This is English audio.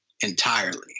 entirely